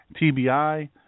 TBI